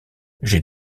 j’ai